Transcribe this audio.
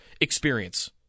experience